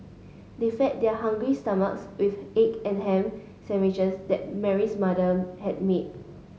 they fed their hungry stomachs with egg and ham sandwiches that Mary's mother had made